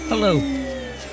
Hello